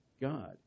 God